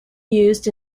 used